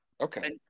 Okay